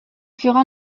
furent